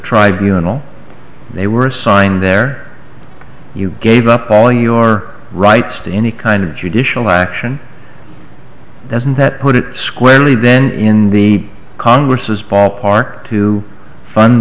tribunals they were assigned there you gave up all your rights to any kind of judicial action doesn't that put it squarely then in the congress's ballpark to fun